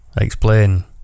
Explain